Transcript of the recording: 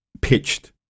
pitched